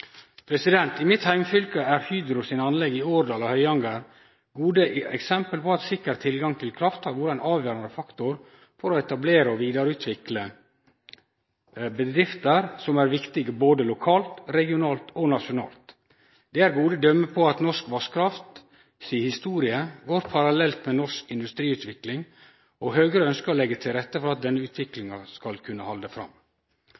I mitt heimfylke er Hydro sine anlegg i Årdal og Høyanger gode eksempel på at sikker tilgang til kraft har vore ein avgjerande faktor for å etablere og vidareutvikle bedrifter som er viktige både lokalt, regional og nasjonalt. Dei er gode døme på at norsk vasskraft si historie går parallelt med norsk industriutvikling, og Høgre ønskjer å legge til rette for at denne utviklinga skal kunne halde fram.